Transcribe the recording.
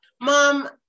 Mom